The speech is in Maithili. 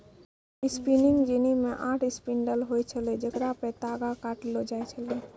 स्पिनिंग जेनी मे आठ स्पिंडल होय छलै जेकरा पे तागा काटलो जाय छलै